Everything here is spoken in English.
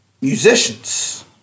musicians